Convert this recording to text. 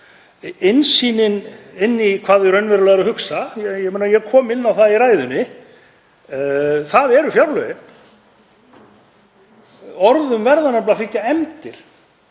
Innsýnin í hvað þau eru raunverulega að hugsa, ég kom inn á það í ræðunni, það eru fjárlögin. Orðum verða nefnilega að fylgja efndir.